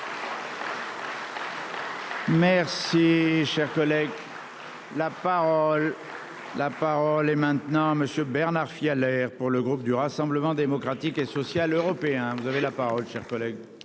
Merci cher collègue. La parole est maintenant Monsieur Bernard filles à l'air pour le groupe du Rassemblement démocratique et social européen. Vous avez la parole, cher collègue.